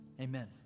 Amen